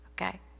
okay